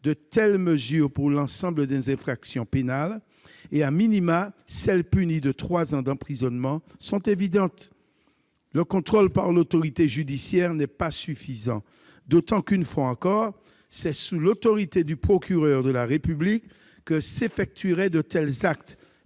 de telles mesures pour l'ensemble des infractions pénales, et celles qui sont punies de trois ans d'emprisonnement, sont évidentes. Le contrôle par l'autorité judiciaire n'est pas suffisant, d'autant que c'est une fois encore sous l'autorité du procureur de la République que s'effectueraient de tels actes.